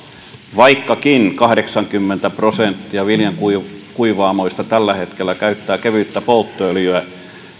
vaikkakin kahdeksankymmentä prosenttia viljankuivaamoista tällä hetkellä käyttää kevyttä polttoöljyä